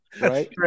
Right